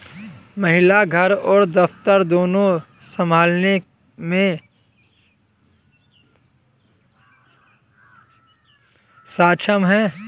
महिला घर और दफ्तर दोनो संभालने में सक्षम हैं